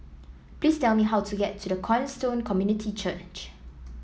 please tell me how to get to the Cornerstone Community Church